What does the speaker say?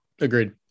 Agreed